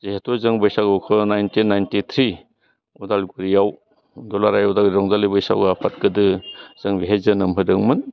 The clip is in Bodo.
जिहेतु जों बैसागुखौ नाइन्टिन नाइन्टि ट्रि अदालगुरियाव दुलाराय अदालगुरि रंजालि बैसागु आफाद गोदो जों बेहाय जोनोम होदोंमोन